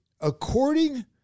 according